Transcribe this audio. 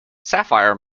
sapphire